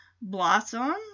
Blossom